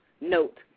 note